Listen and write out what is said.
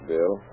Bill